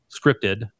scripted